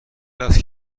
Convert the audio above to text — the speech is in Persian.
است